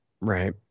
Right